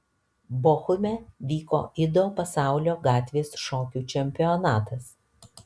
bochume vyko ido pasaulio gatvės šokių čempionatas